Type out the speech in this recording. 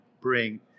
bring